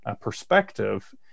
perspective